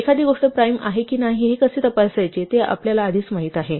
एखादी गोष्ट प्राइम आहे की नाही हे कसे तपासायचे ते आपल्याला आधीच माहित आहे